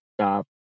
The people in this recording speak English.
stop